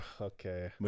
okay